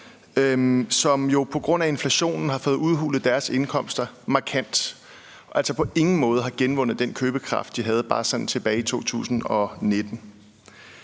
jo på grund af inflationen har fået udhulet deres indkomster markant, og som på ingen måde har genvundet den købekraft, de havde bare sådan tilbage i 2019.